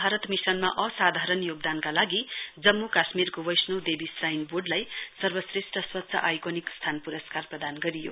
भारत मिशनमा असाधारण योगदानका लागि स्वच्छ काश्मिरको वैष्णोदेवी श्राइन बोर्डलाई सर्वश्रेष्ठ स्वच्छ आइकोनिक स्थान पुरस्कार प्रदान गरियो